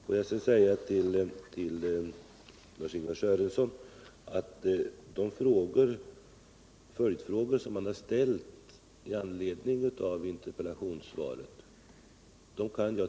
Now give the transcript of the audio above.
Får jag sedan säga till Lars-Ingvar Sörenson att jag i dag tyvärr inte kan besvara de följdfrågor som han ställde med anledning av interpellationssva ret.